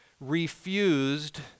refused